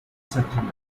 settlement